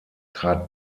trat